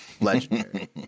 legendary